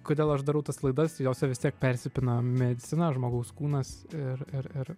kodėl aš darau tas laidas jose vis tiek persipina medicina žmogaus kūnas ir ir ir